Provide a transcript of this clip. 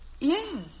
Yes